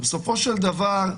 ובסופו של דבר,